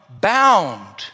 bound